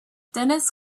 dennis